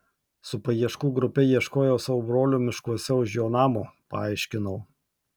su paieškų grupe ieškojau savo brolio miškuose už jo namo paaiškinau